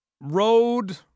road